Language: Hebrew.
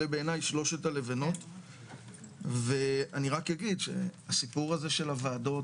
אלה בעיני שלושת הלבנות ואני רק אגיד שהסיפור הזה של הועדות